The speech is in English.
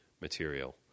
material